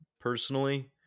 personally